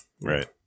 right